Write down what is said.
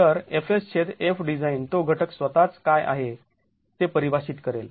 तर Fs Fdesign तो घटक स्वतःच काय आहे ते परिभाषित करेल